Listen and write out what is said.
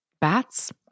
bats